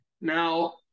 Now